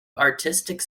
artistic